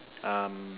um